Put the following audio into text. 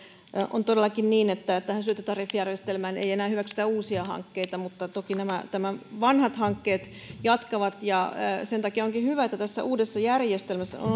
on todellakin niin että tähän syöttötariffijärjestelmään ei enää hyväksytä uusia hankkeita mutta toki nämä vanhat hankkeet jatkavat ja sen takia onkin hyvä että tässä uudessa järjestelmässä